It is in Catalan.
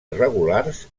irregulars